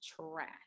trash